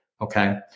Okay